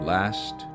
Last